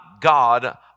God